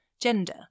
gender